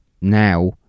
Now